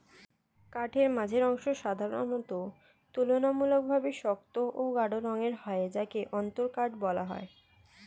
কাঠের মাঝের অংশ সাধারণত তুলনামূলকভাবে শক্ত ও গাঢ় রঙের হয় যাকে অন্তরকাঠ বলা হয়